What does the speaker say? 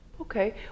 Okay